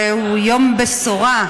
זהו יום בשורה.